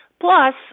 Plus